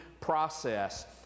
process